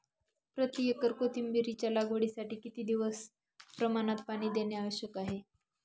प्रति एकर कोथिंबिरीच्या लागवडीसाठी किती दिवस किती प्रमाणात पाणी देणे आवश्यक आहे?